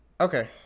Okay